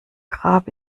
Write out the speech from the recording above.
grab